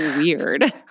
weird